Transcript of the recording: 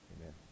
Amen